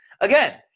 Again